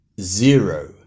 zero